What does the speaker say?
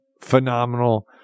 phenomenal